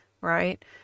right